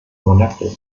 monaco